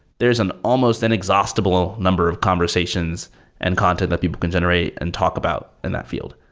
there is an almost inexhaustible number of conversations and content that people can generate and talk about in that field.